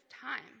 time